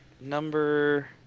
Number